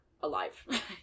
alive